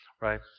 Right